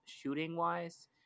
shooting-wise